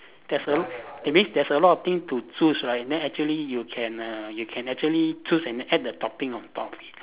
there's a l~ that means there's a lot of thing to choose right then actually you can err you can actually choose and add the topping on top of it